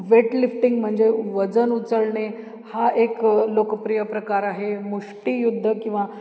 weightlifting म्हणजे वजन उचलणे हा एक लोकप्रिय प्रकार आहे मुष्टियुद्ध किंवा